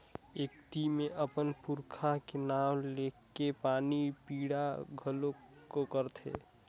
अक्ती मे अपन पूरखा के नांव लेके पानी पिंडा घलो करथे